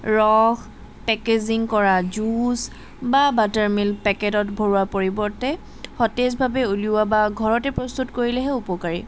ৰ' পেকেজিং কৰা জুইচ বা বাটাৰ মিল্ক পেকেটত ভৰুৱা পৰিৱৰ্তে সতেজভাৱে উলিওৱা বা ঘৰতে প্ৰস্তুত কৰিলেহে উপকাৰী